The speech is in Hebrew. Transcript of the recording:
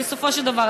בסופו של דבר,